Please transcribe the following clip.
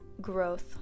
Growth